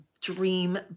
dream